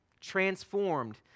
Transformed